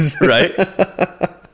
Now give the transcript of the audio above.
right